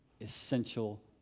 essential